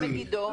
מה לגבי מגידו?